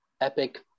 Epic